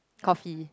coffee